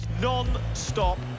Non-stop